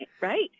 right